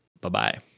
Bye-bye